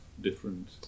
different